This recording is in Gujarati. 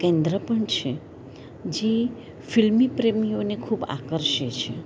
કેન્દ્ર પણ છે જે ફિલ્મી પ્રેમીઓને ખૂબ આકર્ષે છે